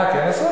אה, כן הוספת?